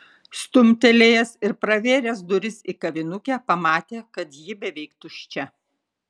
stumtelėjęs ir pravėręs duris į kavinukę pamatė kad ji beveik tuščia